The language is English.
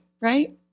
Right